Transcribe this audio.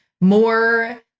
More